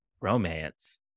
romance